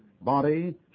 body